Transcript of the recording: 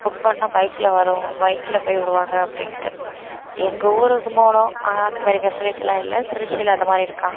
book பண்ணிணா பைகில் வரும் பைகில் போய் விடுவாங்க அப்படின்ட்டு எங்கள் ஊர் கும்பகோணம் ஆனால் அந்த மாதிரி பெசிலிட்டிலாம் இல்லை திருச்சியில் அந்த மாதிரி இருக்கலாம்